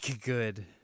good